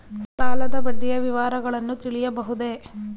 ಸಾಲದ ಬಡ್ಡಿಯ ವಿವರಗಳನ್ನು ತಿಳಿಯಬಹುದೇ?